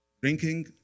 drinking